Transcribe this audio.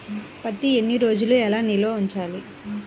పత్తి ఎన్ని రోజులు ఎలా నిల్వ ఉంచాలి?